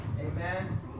Amen